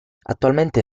attualmente